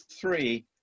three